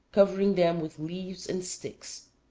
covering them with leaves and sticks.